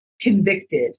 convicted